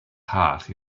heart